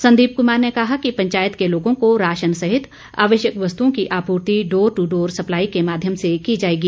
संदीप कुमार ने कहा कि पंचायत के लोगों को राशन सहित आवश्यक वस्तुओं की आपूर्ति डोर टू डोर सप्लाई के माध्यम से की जाएगी